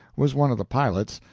was one of the pilots,